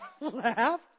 laughed